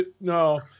no